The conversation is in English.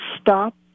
stop